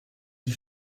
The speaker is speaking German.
die